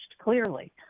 clearly